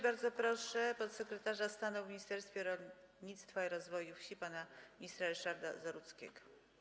Bardzo proszę podsekretarza stanu w Ministerstwie Rolnictwa i Rozwoju Wsi pana ministra Ryszarda Zarudzkiego.